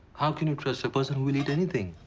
how can you trust a person who will eat anything?